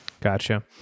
Gotcha